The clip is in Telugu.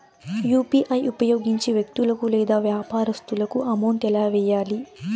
యు.పి.ఐ ఉపయోగించి వ్యక్తులకు లేదా వ్యాపారస్తులకు అమౌంట్ ఎలా వెయ్యాలి